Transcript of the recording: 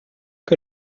que